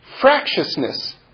fractiousness